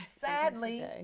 sadly